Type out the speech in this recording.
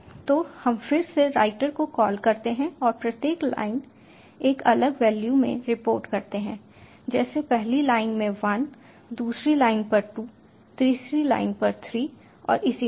तो हम फिर से राइटर को कॉल करते हैं और प्रत्येक लाइन एक अलग वैल्यू में रिपोर्ट करते हैं जैसे पहली लाइन में 1 दूसरी लाइन पर 2 तीसरी लाइन पर 3 और इसी तरह